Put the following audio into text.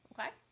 Okay